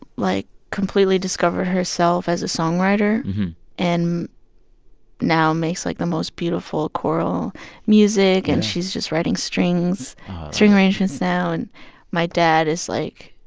like, completely discovered herself as a songwriter and now makes, like, the most beautiful choral music yeah and she's just writing strings string arrangements now. and my dad is, like,